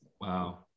wow